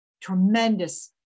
tremendous